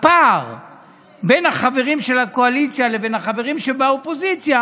הפער בין החברים מהקואליציה לבין החברים מהאופוזיציה